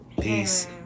peace